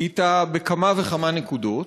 אתה בכמה וכמה נקודות,